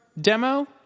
demo